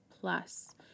Plus